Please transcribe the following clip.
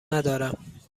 ندارم